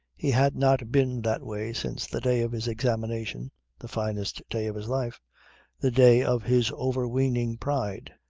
he had not been that way since the day of his examination the finest day of his life the day of his overweening pride.